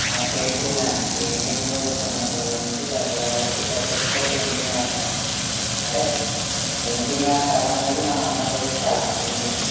painting అండి painting చిన్నపిల్లల నుంచి పెద్దవాళ్ళ వరకు ప్రతి ఒక్కరు పెయింటింగ్ చేస్తారండి అంటే పెయింటింగ్ కళ అనేది మన ఆంధ్రప్రదేశ్ కళ పెయింటింగ్